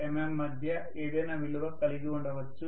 5 mm మధ్య ఏదైనా విలువ కలిగి ఉండొచ్చు